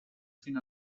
fino